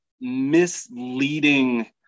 misleading